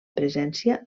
presència